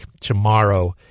tomorrow